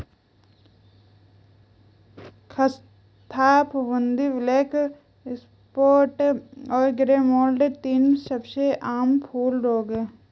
ख़स्ता फफूंदी, black spot और ग्रे मोल्ड तीन सबसे आम फूल रोग हैं